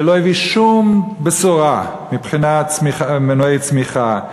שלא הביא שום בשורה מבחינת מנועי צמיחה,